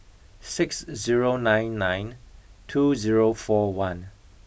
six zero nine nine two zero four one